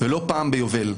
ולא פעם ביובל,